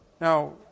Now